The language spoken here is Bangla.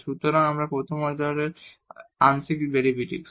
সুতরাং এই প্রথম অর্ডার আংশিক ডেরিভেটিভস